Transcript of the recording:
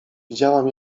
widziałam